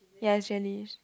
ya it's gellish